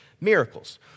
miracles